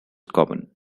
common